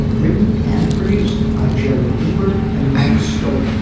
written and produced by jerry lieber and mike stoller,